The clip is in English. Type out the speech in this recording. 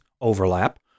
overlap